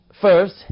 first